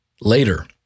Later